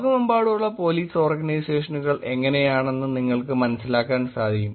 ലോകമെമ്പാടുമുള്ള പോലീസ് ഓർഗനൈസേഷനുകൾ എങ്ങനെയെന്ന് നിങ്ങൾക്ക് മനസ്സിലാക്കാൻ കഴിയും